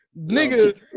Nigga